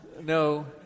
No